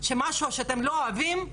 משהו שאתם לא אוהבים,